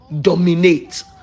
dominate